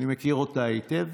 אני מכיר אותה היטב,